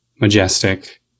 majestic